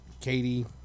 Katie